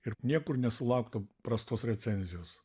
ir niekur nesulaukta prastos recenzijos